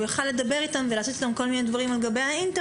הוא יכול היה לדבר איתן ולעשות איתן כל מיני דברים על גבי האינטרנט